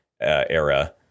era